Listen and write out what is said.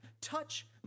touch